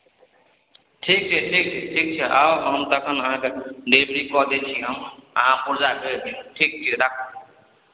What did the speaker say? ठीक छै ठीक छै ठीक छै आउ हम तखन अहाँकेँ डिलीवरी कऽ दै छी हम अहाँ पुर्जाके ठीक छै राखू